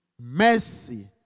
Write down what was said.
Mercy